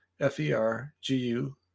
F-E-R-G-U